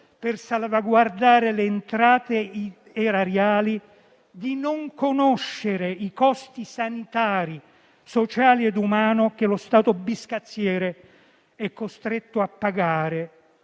per salvaguardare le entrate erariali, di non conoscere i costi sanitari, sociali ed umani che lo Stato biscazziere è costretto a pagare